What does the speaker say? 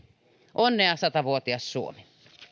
onnea sata vuotias suomi